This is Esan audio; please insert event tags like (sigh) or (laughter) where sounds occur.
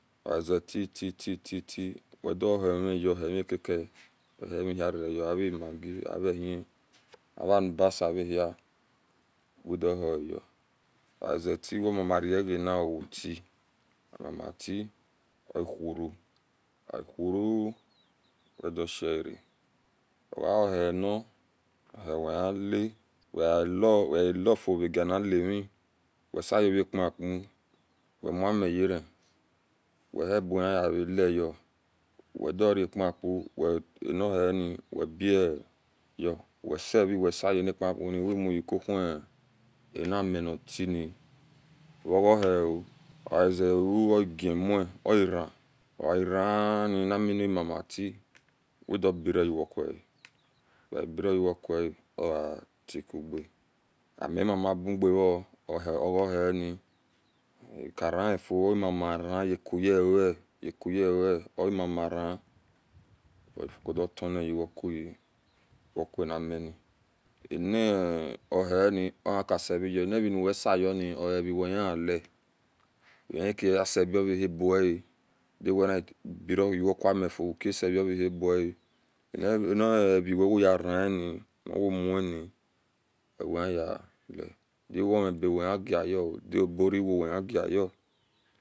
Ogaze tititi wediuornyo umikake yo ave maggi avehi avolibasa uhia udohuayo oavetie wemama roganaye otie omamake owhoro owhoro odish hira ogaohin ohin wehiala (hesitation) wegaelafio agianlami weseu vepimaku wemomi yera wehibuwehi yawolayo wediorapiku ani nieni webiayo wesae wesaya nopiku ni wimutukohi ni minagatie-ni ovhia o ogazeu orn mun ohira ohira ohira enamini imanatie wedio bero yu wekua webirouwe kua oeabiy uga amma ma ugani ohi oghini kranifu mamara yekuyawe yeky vawe onamaro wedibueni uwekue ekue nimini anihianiwo hikaseveyo anivue wesiyoni oereuwehi yalie wihikuaseroonhi bua duweniga beronuwe kua mufio wikase revahiboa (hesitation) enirenuwe woyerae-ni oromuni owehiyele uwe miebe uwehiviyo daborewo wehigau